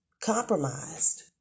compromised